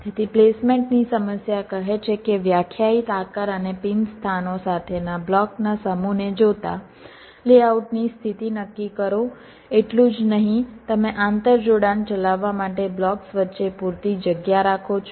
તેથી પ્લેસમેન્ટની સમસ્યા કહે છે કે વ્યાખ્યાયિત આકાર અને પિન સ્થાનો સાથેના બ્લોકના સમૂહને જોતાં લેઆઉટની સ્થિતિ નક્કી કરો એટલું જ નહીં તમે આંતરજોડાણ ચલાવવા માટે બ્લોક્સ વચ્ચે પૂરતી જગ્યા રાખો છો